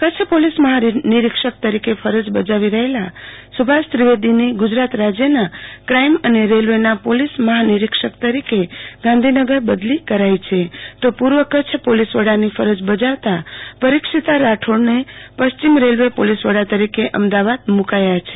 Kutch police મહાનિરોક્ષક તરીકે ફરજ બજાવી રહેલા સુભાષ ત્રીવેદીની ગજરાત રાજયના ક્રાઈમ અને રેલ્વેના પોલીસ મહાનિરીક્ષક તરીકે ગાધોનગર બદલી કરાઈ છે તો પૂર્વ કચ્છ પોલીસવડાની ફરજ બજાવતા પરીક્ષીતા રાઠોડને પશ્ચિમ રેલ્વે પોલીસવડા તરીકે અમદાવાદ મુકાયા છે